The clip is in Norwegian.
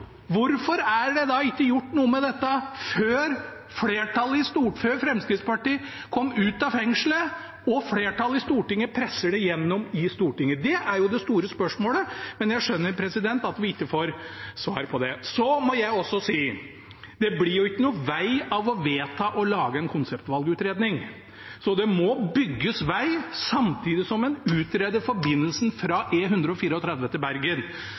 Hvorfor er det da ikke gjort noe med dette før Fremskrittspartiet kom ut av fengselet og flertallet i Stortinget presser det igjennom i Stortinget? Det er jo det store spørsmålet, men jeg skjønner at vi ikke får svar på det. Så må jeg også si at det ikke blir noen vei av å vedta å lage en konseptvalgutredning. Det må bygges vei samtidig som en utreder forbindelsen fra